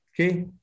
Okay